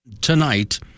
tonight